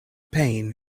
pain